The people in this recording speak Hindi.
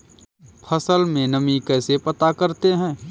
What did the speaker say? फसल में नमी कैसे पता करते हैं?